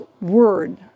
word